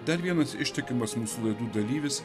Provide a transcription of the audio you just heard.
dar vienas ištikimas mūsų laidų dalyvis